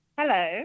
hello